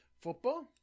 Football